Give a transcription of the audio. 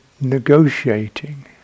negotiating